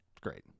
great